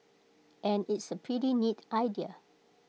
and it's A pretty neat idea